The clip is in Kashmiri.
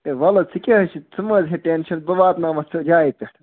ہے وَلو ژٕ کیٛاہ حظ چھِ ژٕ منٛز ہیٚکہِ ٹٮ۪نشَن بہٕ واتناوان جایہِ پٮ۪ٹھ